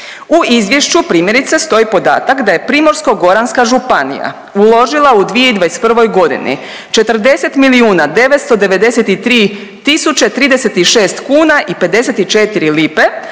U izvješću primjerice stoji podatak da je Primorsko-goranska županija uložila u 2021.g. 40 milijuna 993 tisuće 36 kuna i 54 lipe